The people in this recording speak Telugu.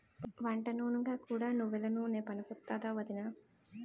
వంటనూనెగా కూడా నువ్వెల నూనె పనికొత్తాదా ఒదినా?